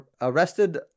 arrested